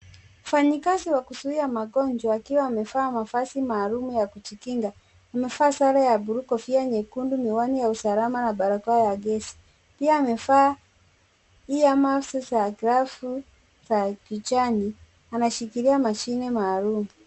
Mfanyikazi wa kuzuia magonjwa akiwa amevaa mavazi maalum ya kujikinga. Amevaa sare ya buluu, kofia nyekundu, miwani ya usalama na barakoa ya gesi. Pia amevaa iamasi za glavu za kijani. Anashikilia mashine maalum.